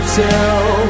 tell